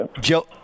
Joe